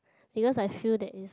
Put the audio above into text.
because I feel that is